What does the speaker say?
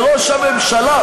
זה זמן ההתניות.